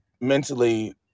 mentally